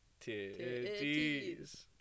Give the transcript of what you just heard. titties